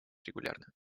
регулярно